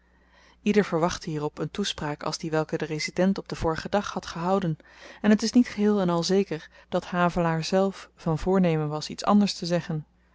ieder verwachtte hierop een toespraak als die welke de resident op den vorigen dag had gehouden en het is niet geheel-en-al zeker dat havelaar zelf van voornemen was iets anders te zeggen